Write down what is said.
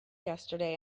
yesterday